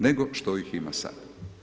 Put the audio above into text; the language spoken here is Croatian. Nego što ih ima sad.